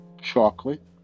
chocolate